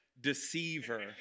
deceiver